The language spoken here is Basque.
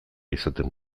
izaten